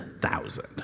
thousand